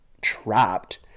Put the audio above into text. trapped